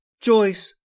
Joyce